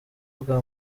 bwa